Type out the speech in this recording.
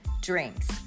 drinks